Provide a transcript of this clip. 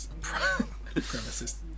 Premises